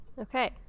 okay